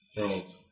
World